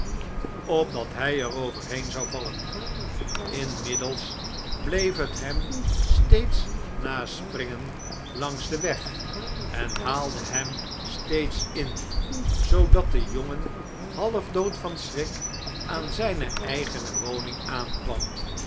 opdat hjj er overheen zou vallen inmiddels bleef het hem steeds naspringen langs den weg en haalde hem steeds in zoodat de jongen halfdood van schrik aan zpe eigene woning aankwam